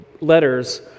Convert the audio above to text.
letters